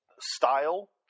style